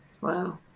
Wow